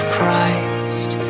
Christ